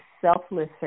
selfless